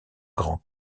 grand